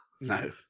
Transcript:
No